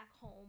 home